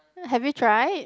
have you tried